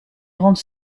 grande